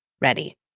ready